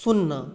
सुन्ना